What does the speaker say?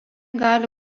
gali